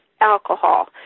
alcohol